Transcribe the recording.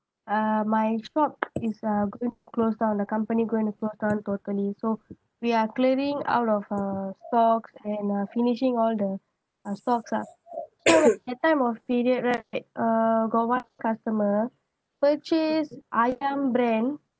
uh my shop is uh going to close down the company going to close down totally so we are clearing out of uh stock and uh finishing all the stocks ah that time was period right uh got one customer purchase Ayam Brand